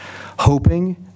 hoping